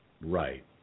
Right